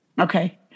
Okay